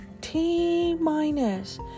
t-minus